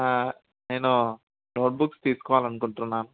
నేను నోట్బుక్ తీసుకోవాలి అనుకుంటున్నాను